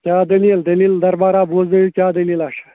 کیٛاہ دٔلیٖل دٔلیٖل دربارہ بوزنٲیِو کیٛاہ دٔلیٖلہ چھُ